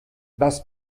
das